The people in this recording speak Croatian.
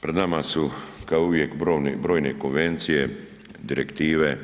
Pred nama su kao uvijek brojne konvencije, direktive,